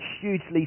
hugely